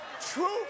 Truth